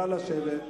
נא לשבת.